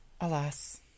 alas